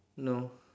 no